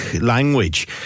language